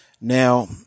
Now